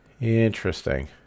Interesting